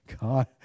God